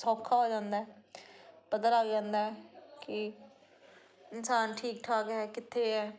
ਸੌਖਾ ਹੋ ਜਾਂਦਾ ਪਤਾ ਲੱਗ ਜਾਂਦਾ ਕਿ ਇਨਸਾਨ ਠੀਕ ਠਾਕ ਹੈ ਕਿੱਥੇ ਹੈ